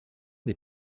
des